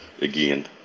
again